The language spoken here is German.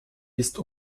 ist